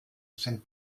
sind